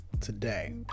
today